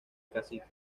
casita